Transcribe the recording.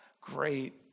great